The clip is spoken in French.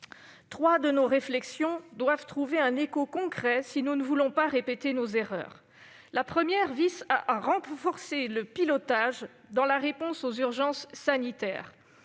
Trois de nos réflexions doivent trouver un écho concret si nous ne voulons pas répéter nos erreurs. D'abord, il s'agit de renforcer le pilotage dans la réponse aux urgences sanitaires,